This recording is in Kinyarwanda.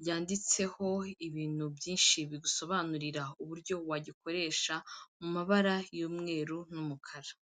ryanditseho ibintu byinshi bigusobanurira uburyo wagikoresha mu mabara y'umweru n'umukara.